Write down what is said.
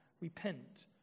repent